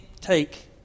take